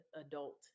adult